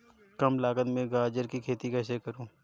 कम लागत में गाजर की खेती कैसे करूँ?